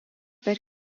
per